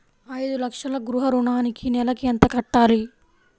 ఐదు లక్షల గృహ ఋణానికి నెలకి ఎంత కట్టాలి?